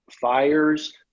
fires